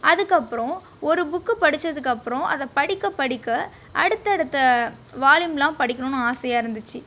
அதுக்கப்புறம் ஒரு புக்கு படிச்சதுக்கப்புறம் அதை படிக்க படிக்க அடுத்தடுத்த வால்யூமெலாம் படிக்கணும்னு ஆசையாக இருந்துச்சு